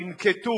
ינקטו